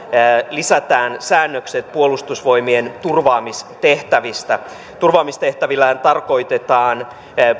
lisätään säännökset puolustusvoimien turvaamistehtävistä turvaamistehtävillähän tarkoitetaan